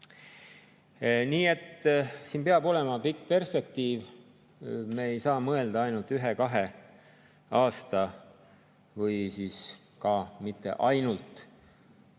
Nii et siin peab olema pikk perspektiiv. Me ei saa mõelda ainult ühe-kahe aasta või ainult